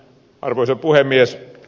arvoisa puhemies